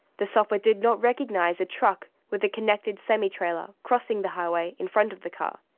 the software did not recognise a truck with a connected semi-trailer crossing the highway in front of the car.